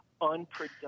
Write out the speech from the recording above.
unproductive